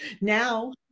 now